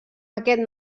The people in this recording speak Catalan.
aquest